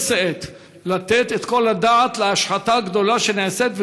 שאת לתת את כל הדעת להשחתה הגדולה שנעשית,